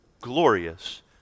glorious